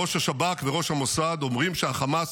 ראש השב"כ וראש המוסד אומרים שהחמאס